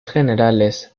generales